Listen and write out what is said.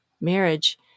marriage